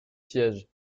sièges